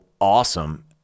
awesome